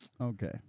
Okay